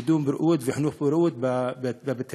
קידום בריאות וחינוך לבריאות בבתי-הספר.